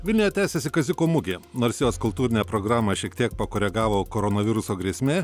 vilniuje tęsiasi kaziuko mugė nors jos kultūrinę programą šiek tiek pakoregavo koronaviruso grėsmė